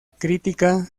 crítica